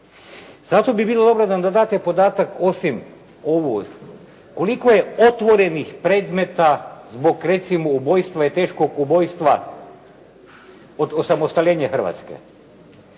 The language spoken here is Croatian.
Zato bi bilo dobro da nam date podatak osim ovog, koliko je otvorenih predmeta zbog recimo ubojstva i teškog ubojstva od osamostaljenja Hrvatske.